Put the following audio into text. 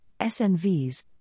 SNVs